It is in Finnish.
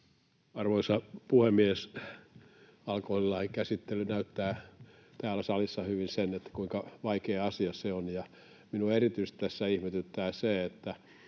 Arvoisa puhemies! Alkoholilain käsittely näyttää täällä salissa hyvin sen, kuinka vaikea asia se on. Minua tässä ihmetyttää